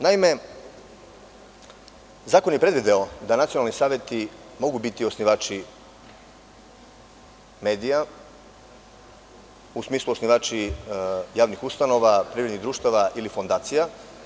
Naime, zakon je predvideo da nacionalni saveti mogu biti osnivači medija, u smislu osnivači javnih ustanova, privrednih društava ili fondacija.